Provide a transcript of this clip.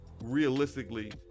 realistically